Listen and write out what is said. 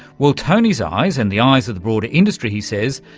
well, tony's eyes and the eyes of the broader industry, he says,